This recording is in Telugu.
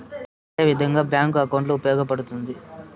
ఏ విధంగా బ్యాంకు అకౌంట్ ఉపయోగపడతాయి పడ్తుంది